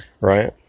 right